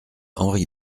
henri